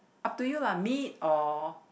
up to you lah meat or